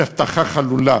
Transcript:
בהבטחה חלולה.